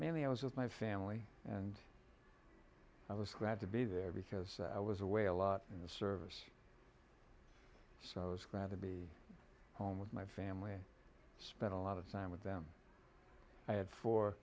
mainly i was with my family and i was glad to be there because i was away a lot in the service so i was going to be home with my family i spent a lot of time with them i had fo